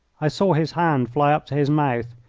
i saw his hand fly up to his mouth.